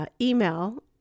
email